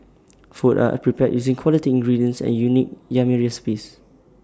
food are prepared using quality ingredients and unique yummy recipes